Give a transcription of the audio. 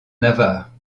navarre